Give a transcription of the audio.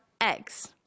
eggs